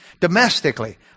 domestically